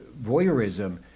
voyeurism